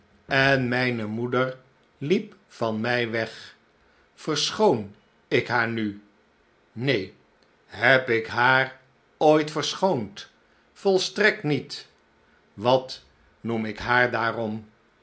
en mijne moeder liep van mij weg verschoon ik haar nu neen heb ik haar ooit verschoond volstrekt niet wat noem ik haar daarom